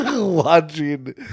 watching